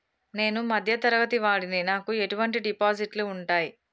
నేను మధ్య తరగతి వాడిని నాకు ఎటువంటి డిపాజిట్లు ఉంటయ్?